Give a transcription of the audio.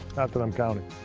not that i'm counting.